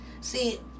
see